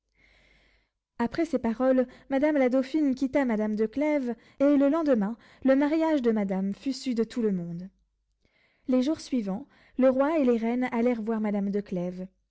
après ces paroles madame la dauphine quitta madame de clèves et le lendemain le mariage de madame fut su de tout le monde les jours suivants le roi et les reines allèrent voir madame